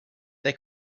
they